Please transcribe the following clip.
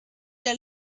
der